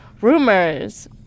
Rumors